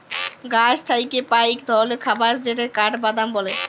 গাহাচ থ্যাইকে পাই ইক ধরলের খাবার যেটকে কাঠবাদাম ব্যলে